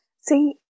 See